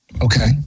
Okay